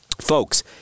folks